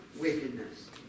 wickedness